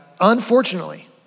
unfortunately